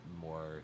more